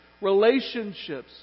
relationships